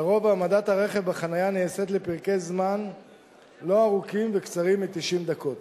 לרוב העמדת הרכב בחנייה נעשית לפרקי זמן לא ארוכים וקצרים מ-90 דקות.